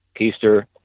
keister